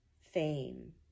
fame